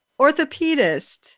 orthopedist